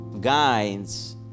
guides